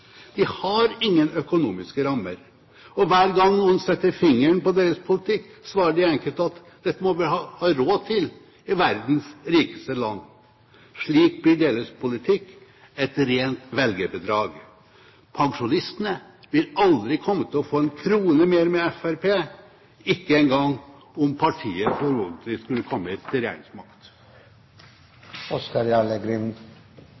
De har ingen økonomiske rammer. Hver gang noen setter fingeren på deres politikk, svarer de enkelt at dette må vi ha råd til i verdens rikeste land. Slik blir deres politikk et rent velgerbedrag. Pensjonistene vil aldri komme til å få en krone mer med Fremskrittspartiet, ikke engang om partiet formodentlig skulle komme til